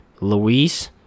Luis